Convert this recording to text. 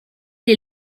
est